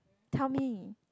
tell me